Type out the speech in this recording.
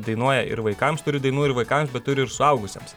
dainuoja ir vaikams turi dainų ir vaikams bet turi ir suaugusiems